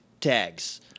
tags